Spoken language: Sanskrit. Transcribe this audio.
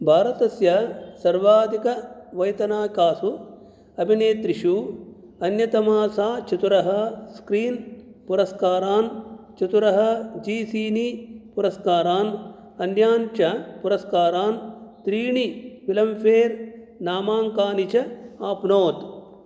भारतस्य सर्वाधिकवैतनाकासु अभिनेत्रीषु अन्यतमा सा चतुरः स्क्रीन् पुरस्कारान् चतुरः जी सिनी पुरस्कारान् अन्यान् च पुरस्कारान् त्रीणि फिलंफ़ेर् नामाङ्कनानि च आप्नोत्